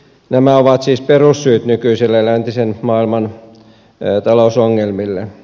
nämä ovat siis perussyyt nykyisille läntisen maailman talousongelmille